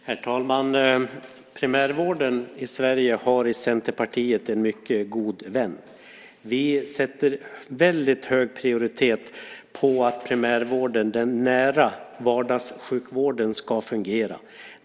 Herr talman! Primärvården i Sverige har i Centerpartiet en mycket god vän. Vi sätter väldigt hög prioritet på att primärvården, den nära vardagssjukvården, ska fungera.